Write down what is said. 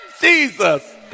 Jesus